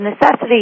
necessity